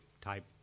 type